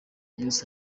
yose